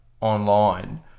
online